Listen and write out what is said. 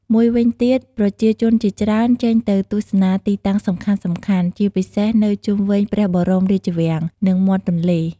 មួយវិញទៀត ប្រជាជនជាច្រើនចេញទៅទស្សនាទីតាំងសំខាន់ៗ ជាពិសេសនៅជុំវិញព្រះបរមរាជវាំង និងមាត់ទន្លេ។